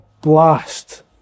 blast